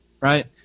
right